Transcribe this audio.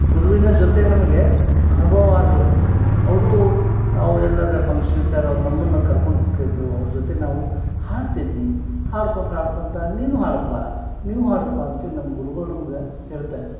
ಗುರುವಿನ ಜೊತೆ ನಮಗೆ ಅನುಭವ ಆಗಬೇಕು ಅವರು ನಾವು ಎಲ್ಲರ ಫಂಕ್ಷನ್ ಇದ್ದಾಗ ಅವ್ರು ನಮ್ಮನ್ನು ಕರ್ಕೊಂಡು ಹೊಕ್ಕಿದ್ದು ಅವ್ರ ಜೊತೆ ನಾವು ಹಾಡ್ತಿದ್ವಿ ಹಾಡ್ಕೊತಾ ಹಾಡ್ಕೊತಾ ನೀನು ಹಾಡಪ್ಪ ನೀವು ಹಾಡಪ್ಪ ಅಂತ್ಹೇಳಿ ನಮ್ಮ ಗುರುಗಳು ನಮಗೆ ಹೇಳ್ತಾಯಿದ್ದರು